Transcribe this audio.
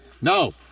No